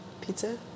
pizza